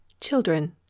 Children